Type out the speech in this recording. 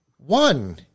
One